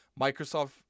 Microsoft